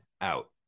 out